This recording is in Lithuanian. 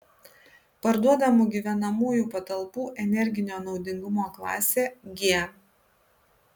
parduodamų gyvenamųjų patalpų energinio naudingumo klasė g